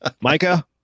Micah